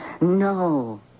No